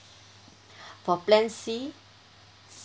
for plan C